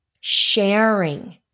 sharing